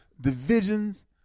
divisions